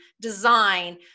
design